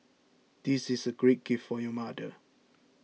this is a great gift for your mother